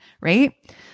Right